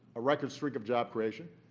a record streak of job creation,